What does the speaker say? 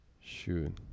Shoot